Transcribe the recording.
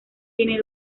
tiene